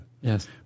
Yes